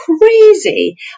crazy